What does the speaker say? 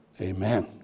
Amen